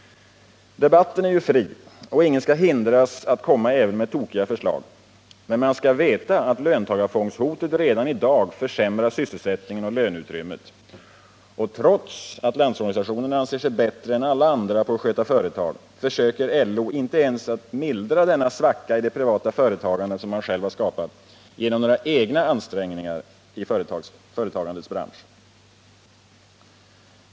Debatten är fri och ingen skall hindras att komma även med tokiga förslag. Men man skall veta att löntagarfondshotet redan i dag försämrar sysselsättningen och löneutrymmet. Trots att Landsorganisationen anser sig bättre än alla andra på att sköta företag, försöker LO inte ens att mildra denna svacka i det privata företagandet, som man själv har skapat, genom några egna ansträngningar i företagandets bransch.